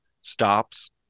stops